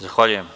Zahvaljujem.